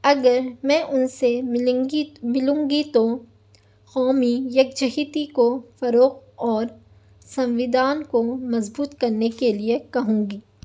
اگر میں ان سے ملیں گی ملوں گی تو قومی یکجہتی کو فروغ اور سموِدھان کو مضبوط کرنے کے لیے کہوں گی